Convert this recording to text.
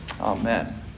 Amen